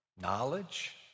knowledge